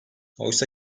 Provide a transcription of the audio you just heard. oysa